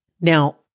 Now